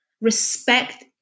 respect